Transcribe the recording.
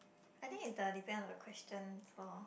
I think it's the depend on the question loh